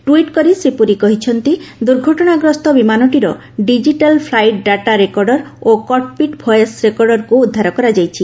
tweet କରି ଶ୍ରୀ ପୁରୀ କହିଛନ୍ତି ଦୁର୍ଘଟଣାଗ୍ରସ୍ତ ବିମାନଟିର ଡିଜିଟାଲ୍ ଫ୍ଲାଇଟ୍ ଡାଟା ରେକର୍ଡର ଓ କକ୍ପିଟ୍ ଭଏସ୍ ରେକର୍ଡରକୁ ଉଦ୍ଧାର କରାଯାଇଛି